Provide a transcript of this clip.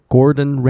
Gordon